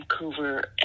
Vancouver